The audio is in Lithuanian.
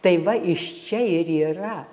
tai va iš čia ir yra